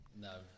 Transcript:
No